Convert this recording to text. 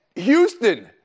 Houston